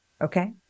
Okay